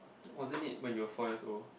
wasn't it when you were four years old